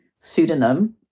pseudonym